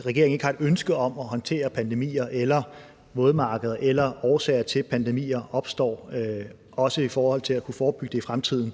regeringen ikke har et ønske om at håndtere pandemier eller vådmarkeder eller årsager til, at pandemier opstår, også i forhold til at kunne forebygge det i fremtiden.